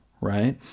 Right